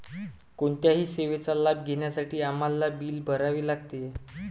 कोणत्याही सेवेचा लाभ घेण्यासाठी आम्हाला बिल भरावे लागते